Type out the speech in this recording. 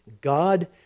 God